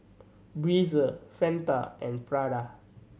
Breezer Fanta and Prada